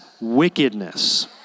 wickedness